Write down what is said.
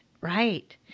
right